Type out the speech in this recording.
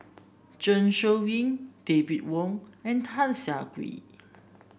Zeng Shouyin David Wong and Tan Siah Kwee